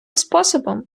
способом